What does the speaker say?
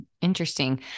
Interesting